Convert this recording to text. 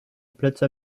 plaza